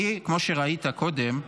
כמו שראית קודם,